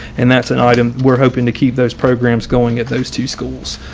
and that's an item we're hoping to keep those programs going at those two schools.